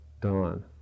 dawn